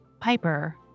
Piper